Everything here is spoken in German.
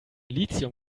lithium